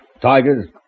Tigers